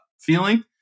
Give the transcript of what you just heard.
feeling